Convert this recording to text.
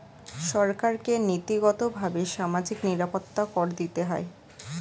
সরকারকে নীতিগতভাবে সামাজিক নিরাপত্তা কর দিতে হয়